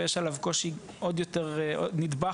ויש עליו קושי עוד יותר מורכב.